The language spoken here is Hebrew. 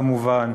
כמובן,